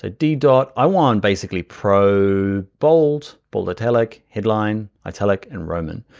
ah ddot, ah i want, basically, pro bold, bold italic, headline, italic, and roman.